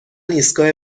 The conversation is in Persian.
ایستگاه